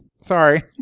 Sorry